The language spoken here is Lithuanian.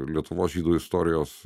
lietuvos žydų istorijos